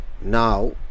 Now